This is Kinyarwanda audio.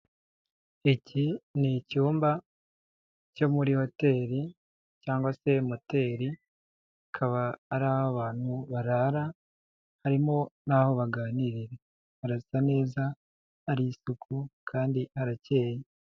Iki ni icyumba cyo muri hoteli cyangwa se moteri, akaba ari aho abantu barara harimo naho baganiriye, harasa neza, ari isuku kandi harakeyeye.